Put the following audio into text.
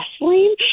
wrestling